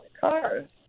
cars